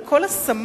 על כל השמה.